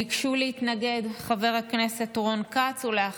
ביקשו להתנגד חבר הכנסת רון כץ ואחריו,